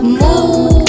move